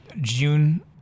june